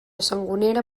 sangonera